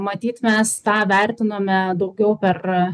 matyt mes tą vertinome daugiau per